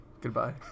Goodbye